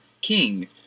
King